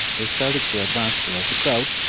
they started to advance towards the crowd,